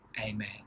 amen